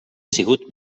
sigut